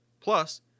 Plus